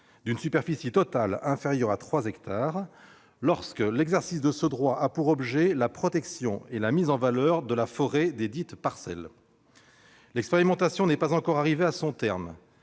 d'une superficie totale inférieure à trois hectares, lorsque l'exercice de ce droit de préemption a pour objet la protection et la mise en valeur de la forêt desdites parcelles. L'expérimentation n'est pas encore arrivée à son terme.